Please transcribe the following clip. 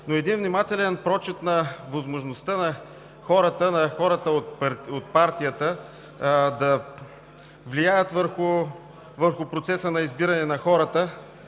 Един внимателен прочит на възможността на хората от партията да влияят върху процеса на избиране на хората